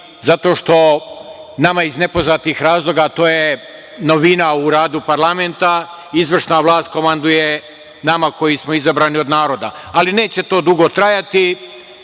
zato što nama iz nepoznatih razloga to je novina u radu parlamenta, izvršna vlast komanduje nama koji smo izabrani od naroda. Ali, neće to dugo trajati.